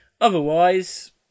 Otherwise